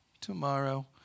tomorrow